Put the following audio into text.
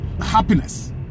happiness